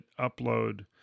upload